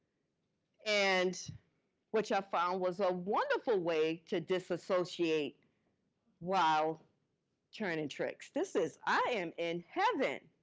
and which i found was a wonderful way to disassociate while turning tricks. this is, i am in heaven.